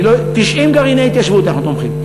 ב-90 גרעיני התיישבות אנחנו תומכים.